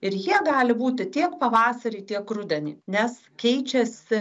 ir jie gali būti tiek pavasarį tiek rudenį nes keičiasi